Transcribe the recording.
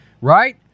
right